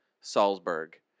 Salzburg